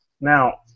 Now